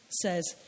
says